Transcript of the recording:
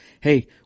Hey